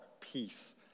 peace